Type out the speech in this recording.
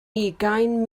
ugain